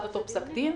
עד אותו פסק דין,